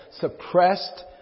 suppressed